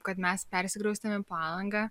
kad mes persikraustėm į palangą